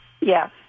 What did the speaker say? Yes